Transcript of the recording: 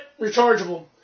rechargeable